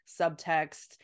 subtext